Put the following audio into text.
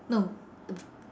no